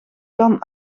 kan